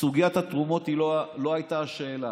וסוגיית התרומות היא לא הייתה השאלה,